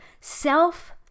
self